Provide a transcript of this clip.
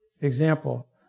example